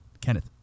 Kenneth